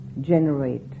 generate